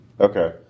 Okay